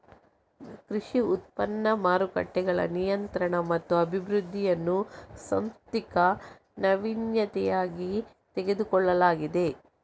ಕೃಷಿ ಉತ್ಪನ್ನ ಮಾರುಕಟ್ಟೆಗಳ ನಿಯಂತ್ರಣ ಮತ್ತು ಅಭಿವೃದ್ಧಿಯನ್ನು ಸಾಂಸ್ಥಿಕ ನಾವೀನ್ಯತೆಯಾಗಿ ತೆಗೆದುಕೊಳ್ಳಲಾಗಿದೆ